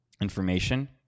information